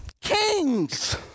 kings